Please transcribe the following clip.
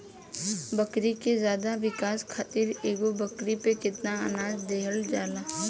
बकरी के ज्यादा विकास खातिर एगो बकरी पे कितना अनाज देहल जाला?